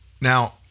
Now